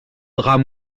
drap